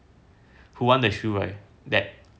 who won the shoe right that